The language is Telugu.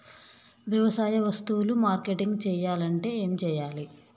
వ్యవసాయ వస్తువులు మార్కెటింగ్ చెయ్యాలంటే ఏం చెయ్యాలే?